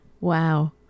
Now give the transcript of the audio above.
wow